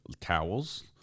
towels